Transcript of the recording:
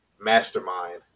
mastermind